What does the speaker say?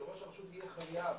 שראש הרשות יהיה חייב